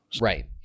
Right